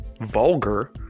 Vulgar